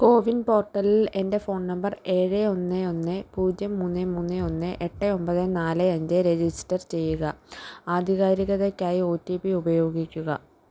കോവിൻ പോർട്ടലിൽ എൻ്റെ phone number ഏഴ് ഒന്ന് ഒന്ന് പൂജ്യം മൂന്ന് മൂന്ന് ഒന്ന് എട്ട് ഒമ്പത് നാല് അഞ്ച് രജിസ്റ്റർ ചെയ്യുക ആധികാരികതയ്ക്കായി ഒ റ്റി പി ഉപയോഗിക്കുക